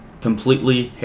Completely